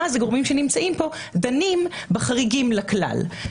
ואז הגורמים שנמצאים פה דנים על החריגים מן הכלל.